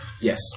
Yes